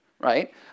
right